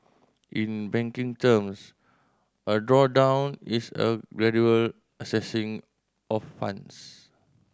in banking terms a drawdown is a gradual accessing of funds